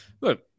look